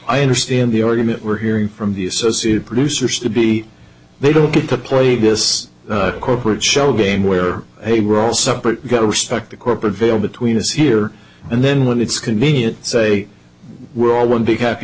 i understand the argument we're hearing from the associated producers to be they don't get to play this corporate shell game where they were all separate gotta respect the corporate veil between us here and then when it's convenient say we're all one big happy